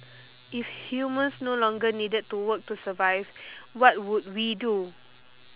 if humans no longer needed to work to survive what would we do